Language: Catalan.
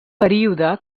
període